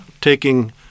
taking